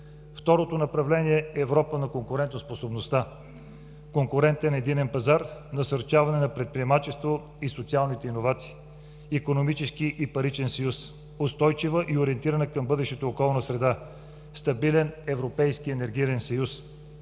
Второто направление – Европа на конкурентоспособността, конкурентен единен пазар, насърчаване на предприемачеството и социалните иновации, икономически и паричен съюз, устойчива и ориентирана към бъдещето околна среда, стабилен Европейски енергиен съюз,